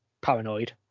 paranoid